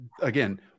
again